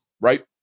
Right